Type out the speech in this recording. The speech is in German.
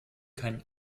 keinen